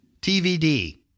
TVD